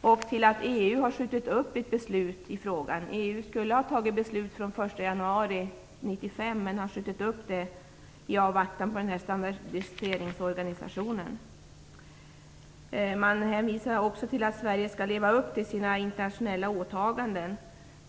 och till att EU har skjutit upp beslut i frågan. EU 1995 men har skjutit upp det i väntan på förslag från standardiseringsorganisationen. Man hänvisar också till att Sverige skall leva upp till sina internationella åtaganden.